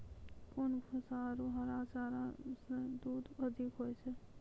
कोन भूसा आरु हरा चारा मे दूध अधिक होय छै?